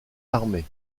armé